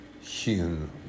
hewn